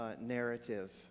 narrative